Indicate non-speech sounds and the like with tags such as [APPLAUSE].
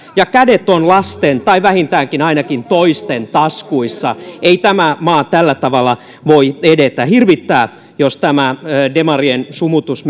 ja kädet ovat lasten tai vähintäänkin toisten taskuissa ei tämä maa tällä tavalla voi edetä hirvittää jos tämä demarien sumutus [UNINTELLIGIBLE]